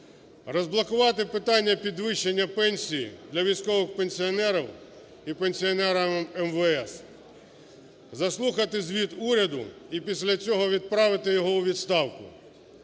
розблокувати питання підвищення пенсій для військових пенсіонерів і пенсіонерів МВС, заслухати звіт уряду - і після цього відправити його у відставку.